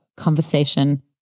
conversation